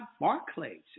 Barclays